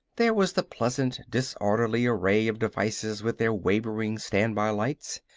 there was the pleasant, disorderly array of devices with their wavering standby lights.